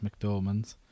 McDormand